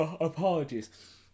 apologies